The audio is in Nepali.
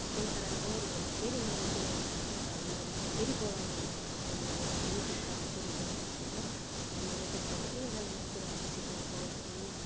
त्यही कारणले मैले फेरि मलाई त्यो मालिकले फेरि बोलाउनु हुँदाखेरि मैले फेरि त्यो काम सुरु गर्दैछु र मैले त्यसमा धेरैवटा नयाँ कामहरू सिक्नु पाउँछु